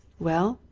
well,